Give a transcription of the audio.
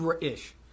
Ish